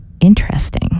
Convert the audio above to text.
interesting